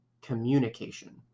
communication